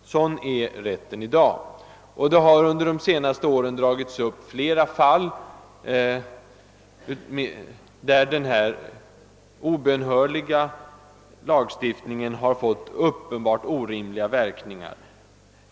Sådana är bestämmelserna i dag. Under de senaste åren har det dragits upp flera fall där denna obönhörliga lagstiftning fått uppenbart orimliga verkningar.